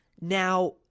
now